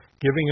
Giving